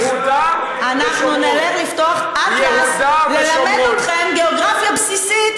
אנחנו נלך לפתוח אטלס ללמד אתכם גיאוגרפיה בסיסית,